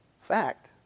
fact